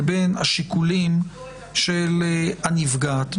לבין השיקולים של הנפגעת?